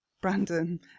Brandon